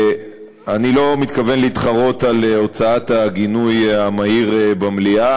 אני לא מתכוון להתחרות על הוצאת הגינוי המהיר במליאה.